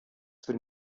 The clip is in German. zur